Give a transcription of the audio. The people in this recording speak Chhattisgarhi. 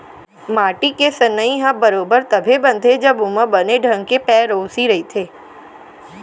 माटी के सनई ह बरोबर तभे बनथे जब ओमा बने ढंग के पेरौसी रइथे